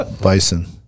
Bison